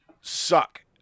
Suck